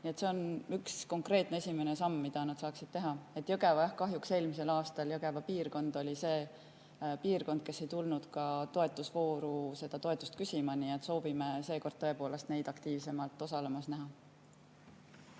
See on üks konkreetne, esimene samm, mida nad saaksid teha. Kahjuks eelmisel aastal Jõgeva oli see piirkond, kes ei tulnud toetusvooru seda toetust küsima. Nii et soovime seekord tõepoolest neid aktiivsemalt osalemas näha.